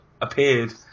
appeared